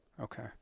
okay